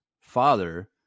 father